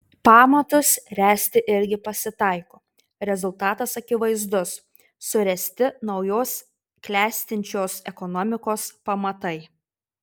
pamatus ręsti irgi pasitaiko rezultatas akivaizdus suręsti naujos klestinčios ekonomikos pamatai